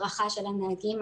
המדינה,